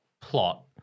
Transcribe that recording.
plot